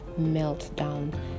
meltdown